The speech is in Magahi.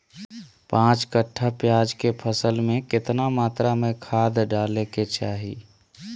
पांच कट्ठा प्याज के फसल में कितना मात्रा में खाद डाले के चाही?